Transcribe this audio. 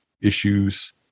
issues